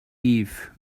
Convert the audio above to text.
eve